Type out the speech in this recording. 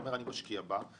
כשאתה משקיע בה,